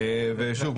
שוב,